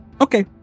Okay